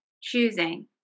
choosing